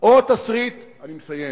אני מסיים.